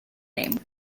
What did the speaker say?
name